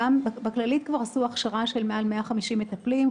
ובכללית כבר עשו הכשרה של מעל 150 מטפלים,